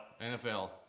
NFL